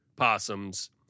possums